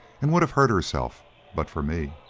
and would have hurt herself but for me.